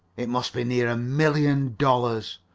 it must be near a million dollars.